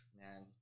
man